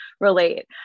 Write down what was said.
relate